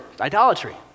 idolatry